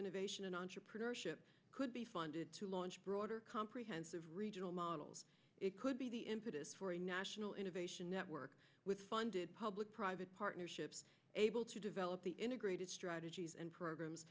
innovation and entrepreneurship could be funded to launch broader comprehensive regional models it could be the impetus for a national innovation network with funded public private partnerships able to develop the integrated strategies and programs